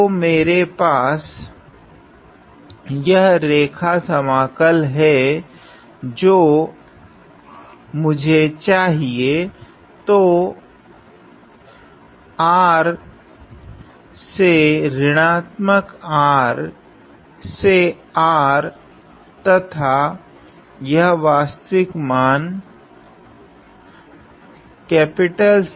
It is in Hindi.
तो मेरे पास यह रैखा समाकल है जो मुझे चाहिए तो R से ऋणात्मक R से R तथा यह वास्तविक मान C